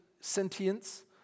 sentience